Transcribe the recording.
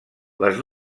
les